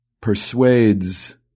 persuades